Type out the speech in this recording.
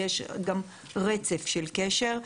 ויש גם רצף של קשר.